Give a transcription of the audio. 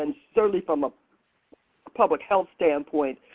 and sternly from a public health standpoint,